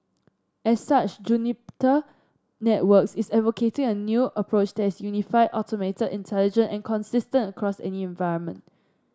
as such Networks is advocating a new approach that is unified automated intelligent and consistent across any environment